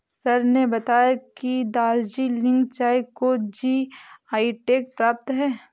sir ने बताया कि दार्जिलिंग चाय को जी.आई टैग प्राप्त है